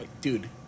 Dude